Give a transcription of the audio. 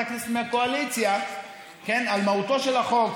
הכנסת מהקואליציה על מהותו של החוק,